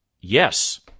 Yes